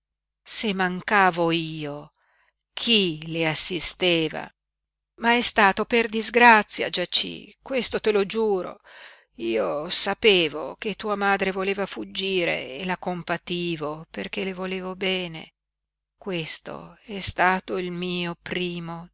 se mancavo io chi le assisteva ma è stato per disgrazia giací questo te lo giuro io sapevo che tua madre voleva fuggire e la compativo perché le volevo bene questo è stato il mio primo